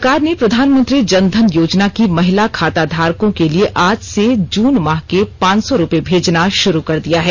सरकार प्रधानमंत्री जन धन योजना की महिला खाताधारकों के लिए आज से जून माह के पांच सौ रुपए भेजना शुरू कर दिया है